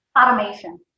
automation